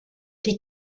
die